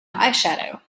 eyeshadow